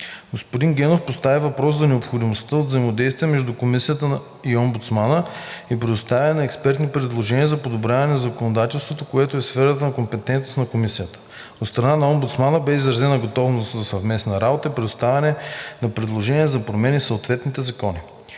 Господин Генов постави въпроса за необходимостта от взаимодействие между Комисията и омбудсмана и предоставяне на експертни предложения за подобряване на законодателството, което е в сферата на компетентност на Комисията. От страна на омбудсмана бе изразена готовност за съвместна работа и предоставяне на предложения за промени в съответните закони.